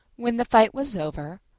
when the fight was over,